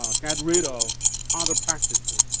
um get rid of other practices.